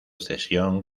cesión